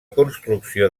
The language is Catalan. construcció